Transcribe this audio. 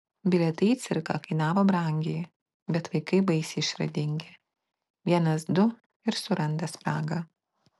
bilietai į cirką kainavo brangiai bet vaikai baisiai išradingi vienas du ir suranda spragą